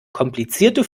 komplizierte